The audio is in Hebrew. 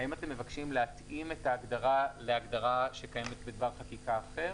האם אתם מבקשים להתאים את ההגדרה להגדרה שקיימת בדבר חקיקה אחר?